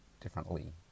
Differently